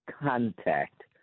contact